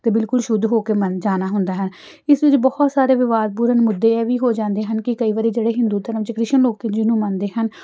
ਅਤੇ ਬਿਲਕੁਲ ਸ਼ੁੱਧ ਹੋ ਕੇ ਮਨ ਜਾਣਾ ਹੁੰਦਾ ਹੈ ਇਸ ਵਿੱਚ ਬਹੁਤ ਸਾਰੇ ਵਿਵਾਦਪੂਰਨ ਮੁੱਦੇ ਇਹ ਵੀ ਹੋ ਜਾਂਦੇ ਹਨ ਕਿ ਕਈ ਵਾਰੀ ਜਿਹੜੇ ਹਿੰਦੂ ਧਰਮ 'ਚ ਕ੍ਰਿਸ਼ਨ ਲੋਕ ਜੀ ਨੂੰ ਮੰਨਦੇ ਹਨ